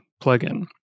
plugin